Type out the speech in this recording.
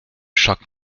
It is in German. schock